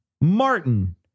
Martin